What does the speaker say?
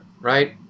right